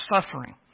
suffering